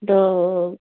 दो